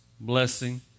blessing